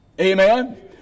Amen